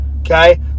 okay